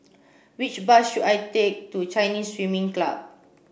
which bus should I take to Chinese Swimming Club